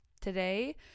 Today